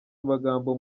amagambo